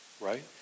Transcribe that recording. right